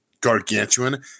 gargantuan